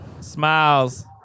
Smiles